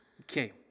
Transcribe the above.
Okay